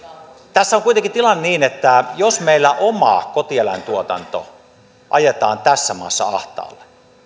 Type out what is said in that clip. tässä on kuitenkin tilanne niin että jos meillä oma kotieläintuotanto ajetaan tässä maassa ahtaalle